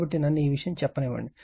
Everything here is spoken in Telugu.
కాబట్టి నన్ను ఈ విషయం చెప్పనివ్వండి